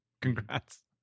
Congrats